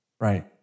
Right